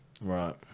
Right